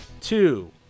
two